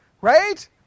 right